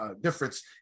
difference